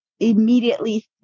immediately